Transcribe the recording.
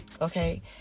okay